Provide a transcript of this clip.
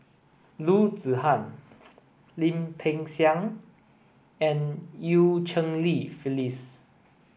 Loo Zihan Lim Peng Siang and Eu Cheng Li Phyllis